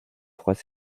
trois